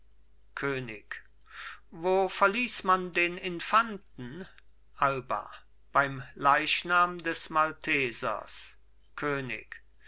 könig wo verließ man den infanten alba beim leichnam des maltesers könig